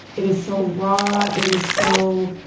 it is so raw. it is so